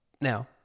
Now